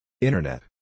Internet